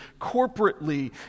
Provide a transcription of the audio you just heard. corporately